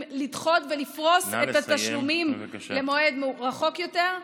לדחות ולפרוס את התשלומים למועד רחוק יותר.